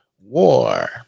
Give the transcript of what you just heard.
war